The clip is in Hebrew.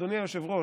אדוני היושב-ראש,